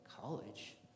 College